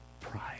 pride